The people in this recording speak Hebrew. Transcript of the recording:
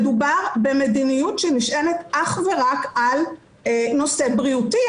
מדובר במדיניות שנשענת אך ורק על נושא בריאותי.